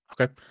Okay